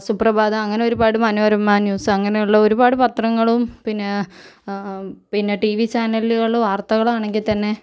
സുപ്രഭാതം അങ്ങനെ ഒരുപാട് മനോരമ ന്യൂസ് അങ്ങനെയുള്ള ഒരുപാട് പത്രങ്ങളും പിന്നെ പിന്നെ ടിവി ചാനലുകളും വാർത്തകളാണെങ്കിൽ തന്നെ